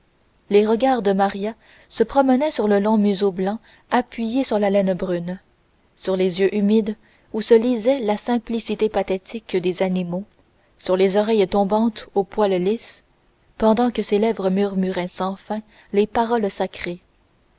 les regards de maria se promenaient sur le long museau blanc appuyé sur la laine brune sur les yeux humides où se lisait la simplicité pathétique des animaux sur les oreilles tombantes au poil lisse pendant que ses lèvres murmuraient sans fin les paroles sacrées